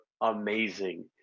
amazing